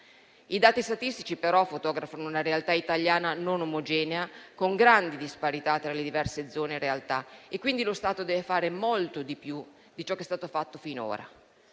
I dati statistici, però, fotografano una realtà italiana non omogenea, con grandi disparità tra le diverse zone e realtà e, quindi, lo Stato deve fare molto di più di ciò che è stato fatto finora.